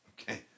okay